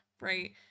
right